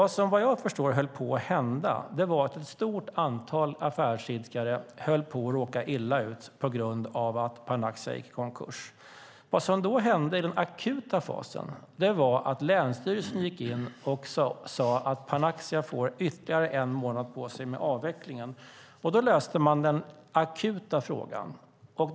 Det som höll på att hända, vad jag förstår, var att ett stort antal affärsidkare riskerade att råka illa ut på grund av att Panaxia gick i konkurs. Det som då hände i den akuta fasen var att länsstyrelsen gick in och sade att Panaxia får ytterligare en månad på sig med avvecklingen. Därmed löste man den akuta frågan.